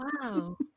Wow